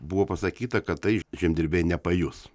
buvo pasakyta kad tai žemdirbiai nepajus